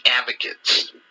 advocates